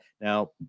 Now